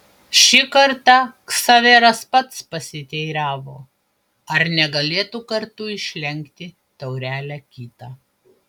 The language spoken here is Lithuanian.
šį kartą ksaveras pats pasiteiravo ar negalėtų kartu išlenkti taurelę kitą